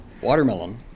Watermelon